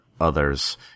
others